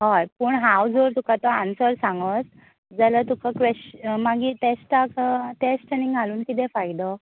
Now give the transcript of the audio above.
हय पूण हांव जर तुका तो आंसर सांगत जाल्यार तुका क्वॅश्श मागीर टॅस्टाक टॅस्ट आनी घालून किदें फायदो